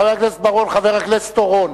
חבר הכנסת בר-און, חבר הכנסת אורון,